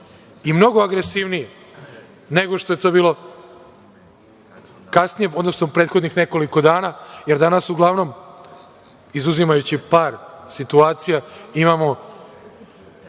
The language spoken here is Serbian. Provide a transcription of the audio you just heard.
i mnogo agresivnije, nego što je to bilo kasnije, odnosno u prethodnih nekoliko dana, jer danas uglavnom, izuzimajući par situacija imamo